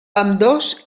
ambdós